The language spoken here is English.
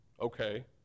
okay